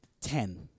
Ten